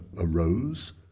arose